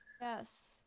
Yes